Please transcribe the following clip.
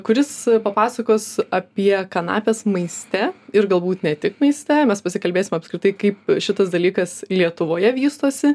kuris papasakos apie kanapes maiste ir galbūt ne tik maiste mes pasikalbėsim apskritai kaip šitas dalykas lietuvoje vystosi